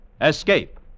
Escape